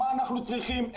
מה אנחנו צריכים,